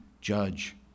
judge